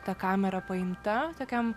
ta kamera paimta tokiam